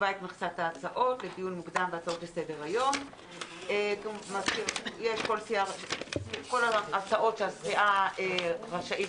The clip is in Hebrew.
לסדר היום של חברי הכנסת לסיעותיהם במושב הראשון של הכנסת ה-23.